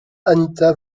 anita